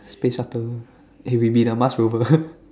space shuttle eh we be the Mars rover